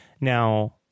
now